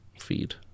feed